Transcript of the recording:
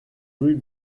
rue